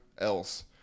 else